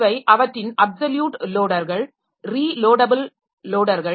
இவை அவற்றின் அப்சல்யூட் லோடர்கள் ரீலோடபிள் லோடர்கள்